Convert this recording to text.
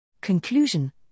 Conclusion